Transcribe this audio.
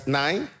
nine